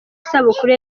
isabukuru